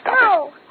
No